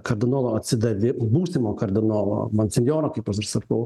kardinolo atsidavi būsimo kardinolo monsinjoro kaip aš ir sakau